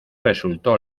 resultó